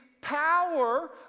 power